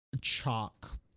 chalk